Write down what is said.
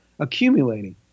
Accumulating